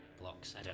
blocks